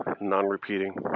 non-repeating